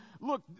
look